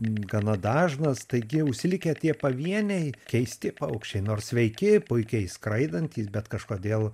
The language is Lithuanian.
gana dažnas taigi užsilikę tie pavieniai keisti paukščiai nors sveiki puikiai skraidantys bet kažkodėl